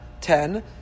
Ten